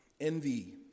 Envy